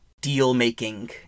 deal-making